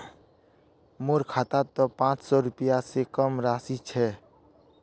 मोर खातात त पांच सौ रुपए स कम राशि छ